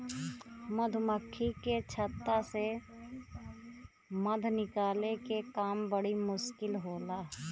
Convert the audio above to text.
मधुमक्खी के छता से मध निकाले के काम बड़ी मुश्किल होला